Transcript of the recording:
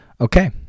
Okay